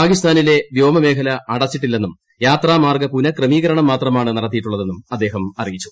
പാക്കിസ്മാനിലെ വ്യോമമേഖല അടച്ചിട്ടില്ലെന്നും യാത്രാമാർഗ്ഗ പ്പുനഃക്രമീകരണം മാത്രമാണ് നടത്തിയിട്ടുള്ളതെന്നും അദ്ദേഹ് അറീയിച്ചു